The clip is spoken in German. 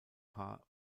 paar